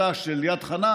בתוכנית תחקירים מטלטלת,